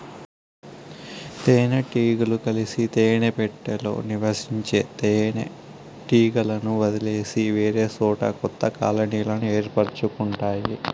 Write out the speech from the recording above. తేనె టీగలు కలిసి తేనె పెట్టలో నివసించే తేనె టీగలను వదిలేసి వేరేసోట కొత్త కాలనీలను ఏర్పరుచుకుంటాయి